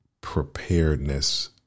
preparedness